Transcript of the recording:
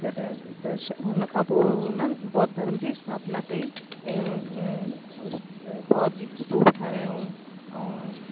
जॾहिं त हुन खां पोइ हुननि बौद्ध धर्म जी स्थापना कई ऐं बौद्ध जी स्तूप ठाहिरायूं ऐं